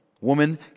woman